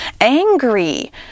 angry